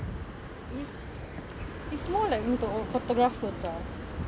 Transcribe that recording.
is is more like untuk photographer sia